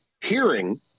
hearing